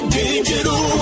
digital